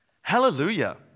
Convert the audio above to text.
Hallelujah